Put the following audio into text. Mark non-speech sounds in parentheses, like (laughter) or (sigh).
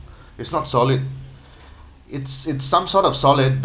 it's not solid (breath) it's it's some sort of solid